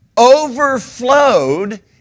overflowed